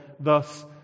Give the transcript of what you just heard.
Thus